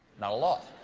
not a law.